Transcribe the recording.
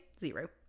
zero